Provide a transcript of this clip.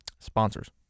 Sponsors